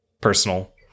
personal